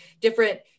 different